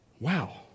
Wow